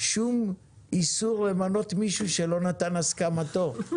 שום איסור למנות מישהו שלא נתן הסכמתו.